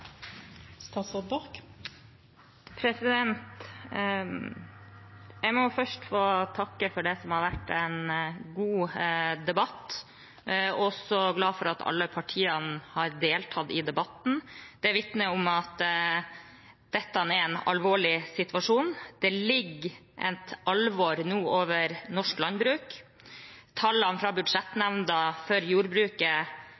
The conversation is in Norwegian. også glad for at alle partiene har deltatt i debatten. Det vitner om at dette er en alvorlig situasjon. Det ligger et alvor over norsk landbruk nå. Tallene fra